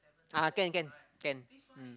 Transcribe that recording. ah can can can mm